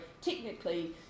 technically